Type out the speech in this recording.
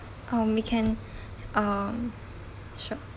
oh we can um sure